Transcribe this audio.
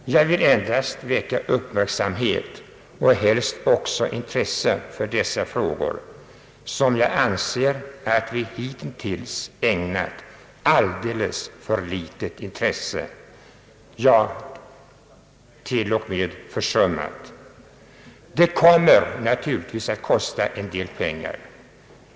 Jag vill endast väcka uppmärksamhet och helst också intresse för dessa frågor, som jag anser att vi hittills ägnat oss alldeles för litet åt, ja, till och med försummat. Det kommer naturligtvis att kosta en del pengar.